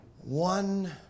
One